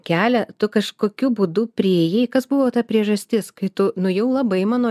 kelią tu kažkokiu būdu priėjai kas buvo ta priežastis kai tu nu jau labai mano